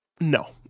no